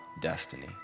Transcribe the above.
destiny